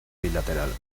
bilateral